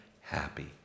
happy